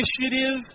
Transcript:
initiative